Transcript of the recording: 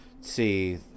see